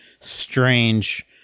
strange